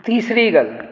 ਤੀਸਰੀ ਗੱਲ